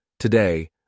today